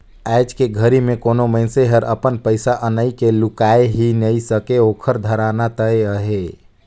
आयज के घरी मे कोनो मइनसे हर अपन पइसा अनई के लुकाय ही नइ सके ओखर धराना तय अहे